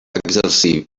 exercí